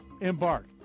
Embark